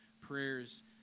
prayers